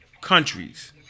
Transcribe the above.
countries